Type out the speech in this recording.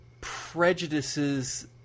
prejudices